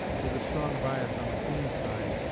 with a strong bias on the queen's side,